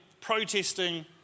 protesting